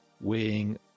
weighing